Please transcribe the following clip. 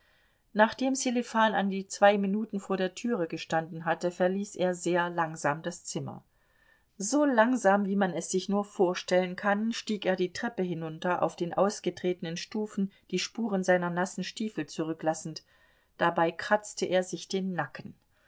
nachdem sselifan an die zwei minuten vor der türe gestanden hatte verließ er sehr langsam das zimmer so langsam wie man es sich nur vorstellen kann stieg er die treppe hinunter auf den ausgetretenen stufen die spuren seiner nassen stiefel zurücklassend dabei kratzte er sich den nacken